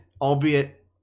albeit